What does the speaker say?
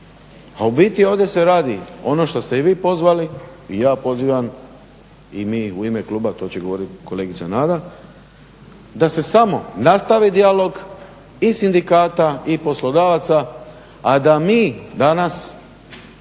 a u biti ovdje se radi ono što ste i vi pozvali i ja pozivam i mi u ime kluba, to će govorit kolegica Nada, da se samo nastavi dijalog i sindikata i poslodavaca, a da mi danas